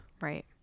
Right